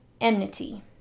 Enmity